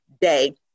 day